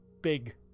big